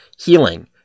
Healing